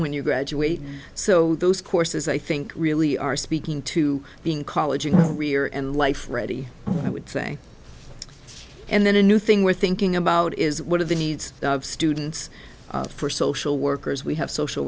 when you graduate so those courses i think really are speaking to being college and career and life ready i would say and then a new thing we're thinking about is what are the needs of students for social workers we have social